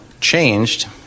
changed